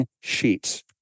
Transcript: sheets